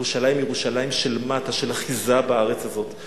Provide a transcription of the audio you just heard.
ירושלים היא ירושלים של מטה, של אחיזה בארץ הזאת.